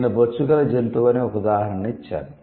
నేను బొచ్చుగల జంతువు అని ఒక ఉదాహరణను ఇచ్చాను